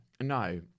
No